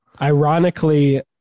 Ironically